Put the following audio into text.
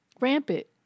Rampant